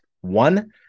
One